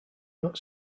not